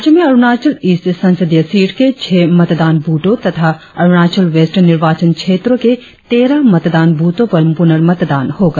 राज्य में अरुणाचल ईस्ट संसदीय सीट के छह मतदान बूथों तथा अरुणाचल वेस्ट निर्वाचन क्षेत्रों के तेरह मतदान बूथों पर पुनर्मतान होगा